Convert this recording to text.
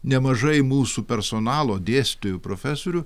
nemažai mūsų personalo dėstytojų profesorių